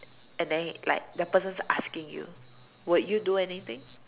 and then like the person's asking you would you do anything